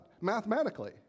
Mathematically